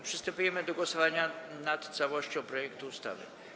Przystępujemy do głosowania nad całością projektu ustawy.